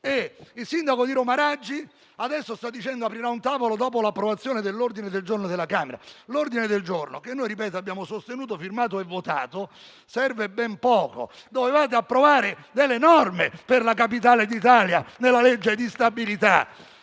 il sindaco di Roma Raggi sta dicendo che aprirà un tavolo dopo l'approvazione dell'ordine del giorno alla Camera. Tuttavia, l'ordine del giorno, che noi abbiamo sostenuto, sottoscritto e votato, serve a ben poco: dovevate approvare delle norme per la Capitale d'Italia nella legge di bilancio.